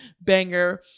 banger